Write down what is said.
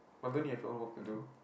but then you have no work to do